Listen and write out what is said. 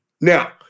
Now